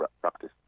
practice